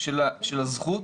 של הזכות,